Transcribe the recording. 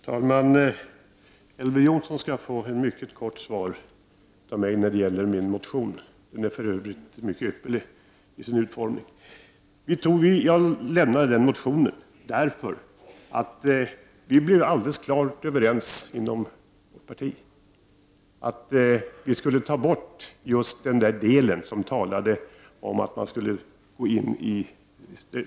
Herr talman! Elver Jonsson skall få ett mycket kort svar av mig när det gäller min motion. Jag väckte motionen därför att vi inom partiet blev alldeles klart överens om att ta bort den delen som gällde strejkvapnet.